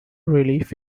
relief